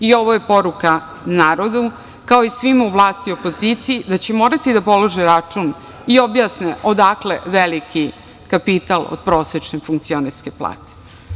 I ovo je poruka narodu, kao i svima u vlasti i opoziciji da će morati da polože račun i objasne odakle veliki kapital od prosečne funkcionerske plate.